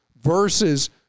versus